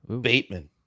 Bateman